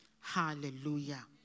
Hallelujah